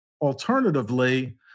Alternatively